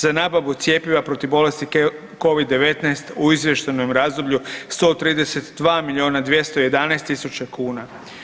Za nabavu cjepiva protiv bolesti Covid-19 u izvještajnom razdoblju 132 miliona 211 tisuća kuna.